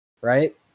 right